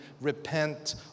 Repent